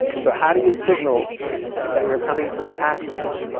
so how do you signal that you're coming to attack someone?